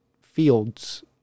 fields